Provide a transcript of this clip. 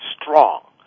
strong